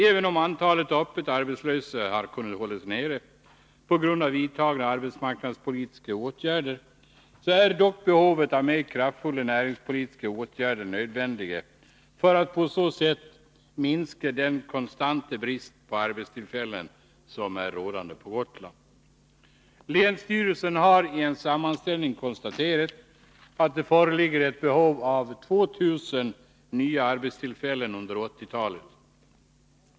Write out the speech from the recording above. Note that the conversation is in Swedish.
Även om antalet öppet arbetslösa har kunnat hållas nere på grund av vidtagna arbetsmarknadspolitiska åtgärder, är dock mera kraftfulla näringspolitiska åtgärder nödvändiga för att på så sätt minska den konstanta bristen på arbetstillfällen som är rådande på Gotland. Länsstyrelsen har i en sammanställning konstaterat att det föreligger behov av 2 000 nya arbetstillfällen under 1980-talet.